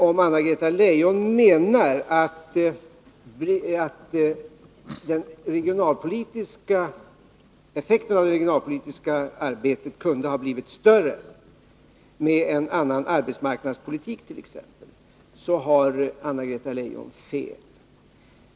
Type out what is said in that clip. Om Anna-Greta Leijon menar att effekten av det regionalpolitiska arbetet kunde ha blivit större t.ex. med en annan arbetsmarknadspolitik har hon fel.